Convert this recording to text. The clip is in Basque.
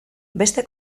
beste